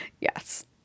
Yes